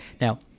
Now